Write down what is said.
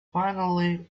finally